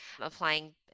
applying